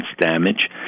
damage